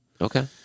Okay